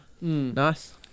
Nice